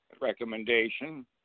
recommendation